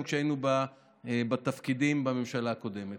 גם כשהיינו בתפקידים בממשלה הקודמת.